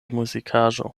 muzikaĵo